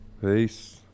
peace